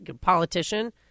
politician